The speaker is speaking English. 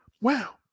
wow